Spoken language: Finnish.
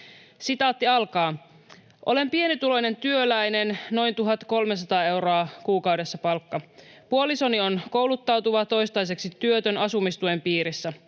keskustelussa. ”Olen pienituloinen työläinen, noin 1 300 euroa kuukaudessa palkka. Puolisoni on kouluttautuva, toistaiseksi työtön, asumistuen piirissä.